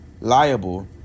liable